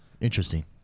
Interesting